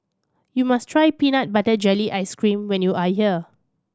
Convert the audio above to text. you must try peanut butter jelly ice cream when you are here